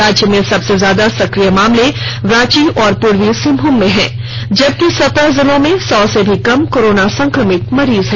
राज्य में सबसे ज्यादा सक्रिय मामले रांची और पूर्वी सिंहभूम में हैं जबकि सत्रह जिलों में सौ से भी कम कोरोना संक्रमित मरीज हैं